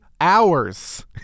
hours